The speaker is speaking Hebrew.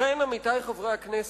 לכן, עמיתי חברי הכנסת,